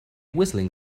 whistling